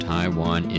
Taiwan